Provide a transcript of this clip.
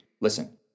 listen